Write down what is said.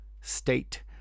state